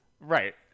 right